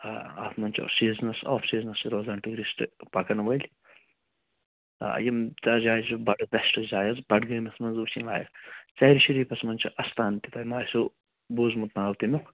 آ اَتھ منٛز چھِ سیٖزنَس آف سیٖزنَس روزان ٹیٛوٗرِسٹہٕ پَکَن وٲلۍ آ یِم ترٛےٚ جایہِ چھِ بَڈٕ بیسٹہٕ جایہِ حظ بڈگٲمِس منٛز وُچھ یِمےَ ژرارِ شریٖفَس منٛز چھِ اَستان تہِ تۄہہِ ما آسٮ۪و بوٗزمُت ناو تٔمیُک